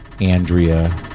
Andrea